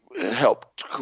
helped